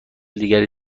دیگری